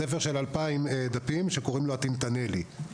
זה ספר של 2,000 דפים שקוראים לו "הטינטנלי".